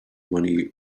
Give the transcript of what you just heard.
money